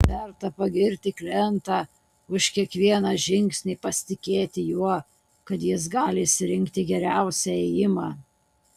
verta pagirti klientą už kiekvieną žingsnį pasitikėti juo kad jis gali išsirinkti geriausią ėjimą